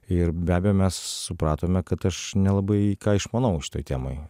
ir be abejo mes supratome kad aš nelabai ką išmanau šitoj temoj